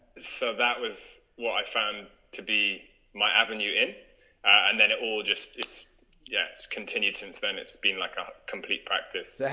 so that was what i found to be my avenue in and then it all just yes continued since then. it's been like a complete practice.